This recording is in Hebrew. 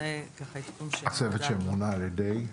הצוות שמונה, על ידי?